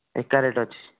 ଏକା ରେଟ୍ ଅଛି